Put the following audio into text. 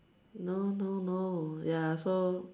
no no no ya so